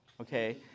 okay